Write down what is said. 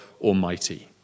almighty